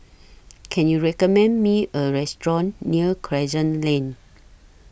Can YOU recommend Me A Restaurant near Crescent Lane